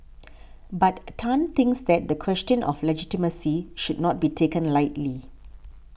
but Tan thinks that the question of legitimacy should not be taken lightly